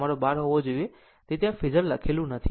અને આ તમારો બાર હોવો જોઈએ તે ત્યાં ફેઝર લખેલું નથી